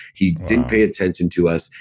he didn't pay attention to us.